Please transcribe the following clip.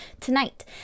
tonight